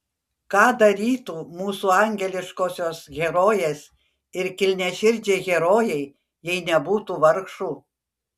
ką darytų mūsų angeliškosios herojės ir kilniaširdžiai herojai jei nebūtų vargšų